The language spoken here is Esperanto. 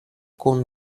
kun